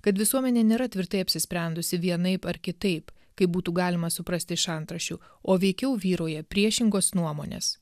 kad visuomenė nėra tvirtai apsisprendusi vienaip ar kitaip kaip būtų galima suprasti iš antraščių o veikiau vyrauja priešingos nuomonės